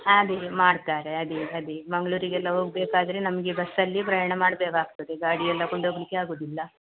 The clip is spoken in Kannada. ಅದೇ ಮಾಡ್ತಾರೆ ಅದೇ ಅದೇ ಮಂಗಳೂರಿಗೆಲ್ಲ ಹೋಗ್ಬೇಕಾದ್ರೆ ನಮಗೆ ಬಸ್ಸಲ್ಲಿ ಪ್ರಯಾಣ ಮಾಡಬೇಕಾಗ್ತದೆ ಗಾಡಿಯೆಲ್ಲ ಕೊಂಡೋಗಲಿಕ್ಕೆ ಆಗೋದಿಲ್ಲ